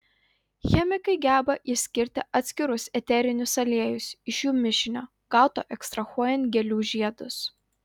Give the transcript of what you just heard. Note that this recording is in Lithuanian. chemikai geba išskirti atskirus eterinius aliejus iš jų mišinio gauto ekstrahuojant gėlių žiedus